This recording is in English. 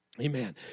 Amen